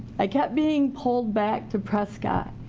i kept being pulled back to prescott.